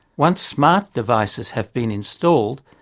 once smart devices have been installed,